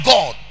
God